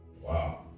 Wow